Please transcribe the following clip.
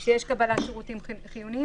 יש "קבלת שירותים חיוניים".